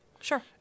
Sure